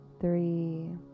three